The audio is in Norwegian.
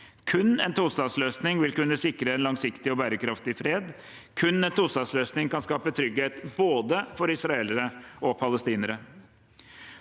Kun en tostatsløsning vil kunne sikre en langsiktig og bærekraftig fred. Kun en tostatsløsning kan skape trygghet for både israelere og palestinere.